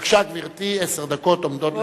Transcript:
בבקשה, גברתי, עשר דקות עומדות לרשותך.